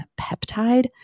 peptide